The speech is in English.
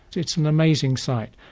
it's an amazing site.